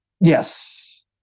Yes